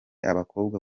abakobwa